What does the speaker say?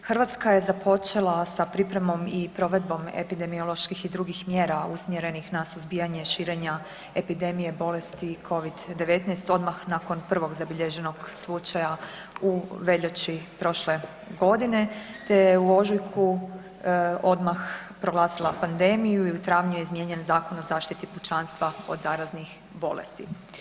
Hrvatska je započela sa pripremom i provedbom epidemioloških i drugih mjera usmjerenih na suzbijanje širenja epidemije bolesti covid-19 odmah nakon prvog zabilježenog slučaja u veljači prošle godine te je u ožujku odmah proglasila pandemiju i u travnju je izmijenjen Zakon o zaštiti pučanstva od zaraznih bolesti.